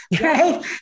right